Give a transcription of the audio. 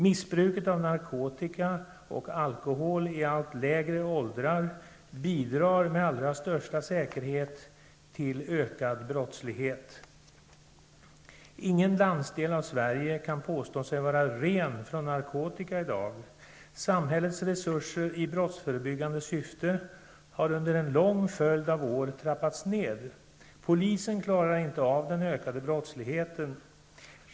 Missbruket av narkotika och alkohol i allt lägre åldrar bidrar med allra största säkerhet till ökad brottslighet. Ingen landsdel i Sverige kan påstå sig vara ren från narkotika i dag. Samhällets resurser i brottsförebyggande syfte har under en lång följd av år trappats ned. Polisen klarar inte av den ökade brottsligheten.